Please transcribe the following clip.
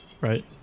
Right